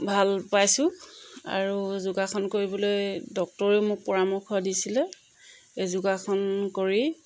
ভাল পাইছোঁ আৰু যোগাসন কৰিবলৈ ডক্টৰেও মোক পৰামৰ্শ দিছিলে এই যোগাসন কৰি